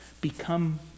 become